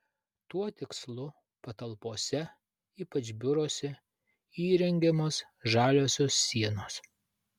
tuo tikslu patalpose ypač biuruose įrengiamos žaliosios sienos